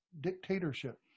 dictatorship